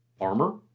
Armor